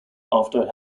after